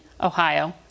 Ohio